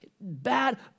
bad